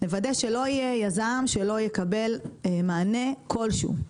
נוודא שלא יהיה יזם שלא יקבל מענה כלשהו.